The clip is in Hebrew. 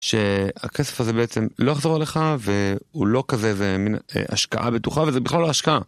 שהכסף הזה בעצם לא יחזור אליך והוא לא כזה איזה מין השקעה בטוחה וזה בכלל לא השקעה.